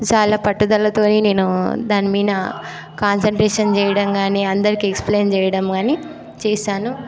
చాలా పట్టుదలతో నేను దాని మీద కాన్సన్ట్రేషన్ చేయడం కానీ అందరికీ ఎక్స్ప్లెయిన్ చేయడం కానీ చేసాను